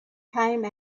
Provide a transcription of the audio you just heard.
came